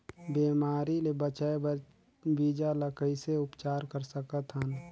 बिमारी ले बचाय बर बीजा ल कइसे उपचार कर सकत हन?